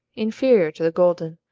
inferior to the golden,